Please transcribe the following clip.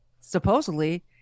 supposedly